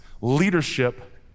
Leadership